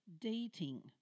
dating